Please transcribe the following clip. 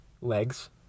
legs